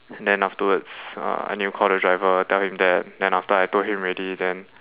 then afterwards I need to call the driver tell him that then after I told him already then